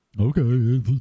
Okay